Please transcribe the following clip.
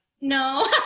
no